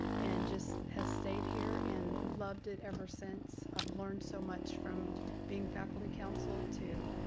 and just have stayed here and loved it ever since. i've learned so much from being faculty council to